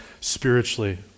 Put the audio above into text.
spiritually